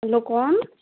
hello कौन